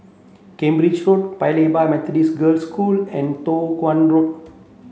Cambridge Road Paya Lebar Methodist Girls' School and Teo Hong Road